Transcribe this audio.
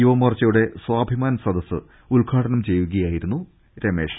യുവമോർച്ചയുടെ സ്വാഭിമാൻ സദസ്സ് ഉദ്ഘാ ടനം ചെയ്യുകയായിരുന്നു രമേശ്